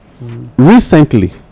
recently